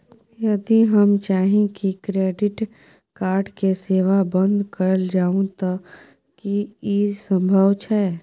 यदि हम चाही की क्रेडिट कार्ड के सेवा बंद कैल जाऊ त की इ संभव छै?